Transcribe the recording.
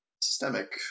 systemic